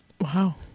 Wow